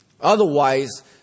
Otherwise